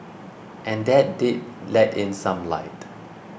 and that did let in some light